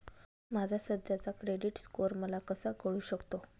माझा सध्याचा credit score मला कसा कळू शकतो?